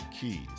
keys